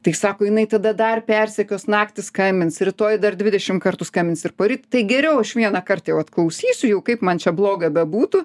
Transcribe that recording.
tai sako jinai tada dar persekios naktį skambins rytoj dar dvidešim kartų skambins ir poryt tai geriau aš vienąkart jau klausysiu jau kaip man čia bloga bebūtų